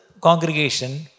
congregation